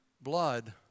blood